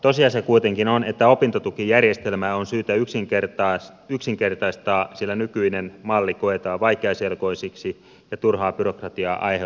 tosiasia kuitenkin on että opintotukijärjestelmää on syytä yksinkertaistaa sillä nykyinen malli koetaan vaikeaselkoiseksi ja turhaa byrokratiaa aiheuttavaksi